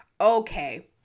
Okay